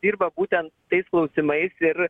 dirba būtent tais klausimais ir